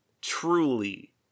Truly